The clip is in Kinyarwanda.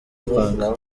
frank